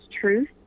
truth